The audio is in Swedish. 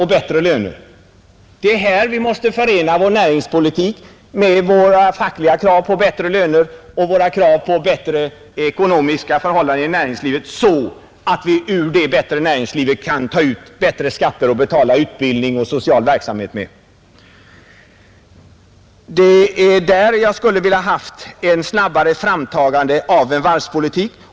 Här måste vår näringspolitik förenas med den fackliga politikens krav på bättre löner och med våra sociala krav på bättre Jag hade velat ha ett snabbare framtagande av en varvspolitik.